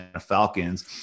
Falcons